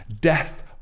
Death